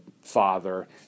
father